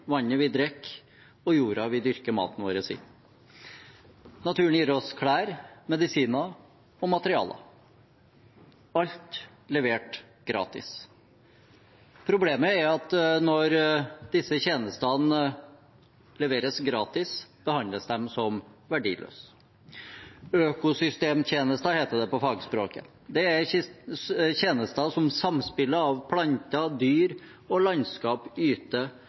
vannet vi drikker, og jorda vi dyrker maten vår i. Naturen gir oss klær, medisiner og materialer – alt levert gratis. Problemet er at når disse tjenestene leveres gratis, behandles de som verdiløse. Økosystemtjenester heter det på fagspråket. Det er tjenester som samspillet av planter, dyr og landskap yter,